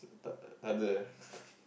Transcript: brother